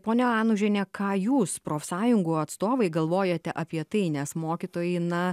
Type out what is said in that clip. ponia anužiene ką jūs profsąjungų atstovai galvojate apie tai nes mokytojai na